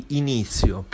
inizio